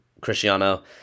Cristiano